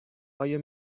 آیا